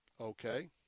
Okay